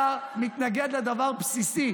אתה מתנגד לדבר בסיסי,